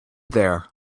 there